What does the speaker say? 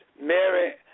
Mary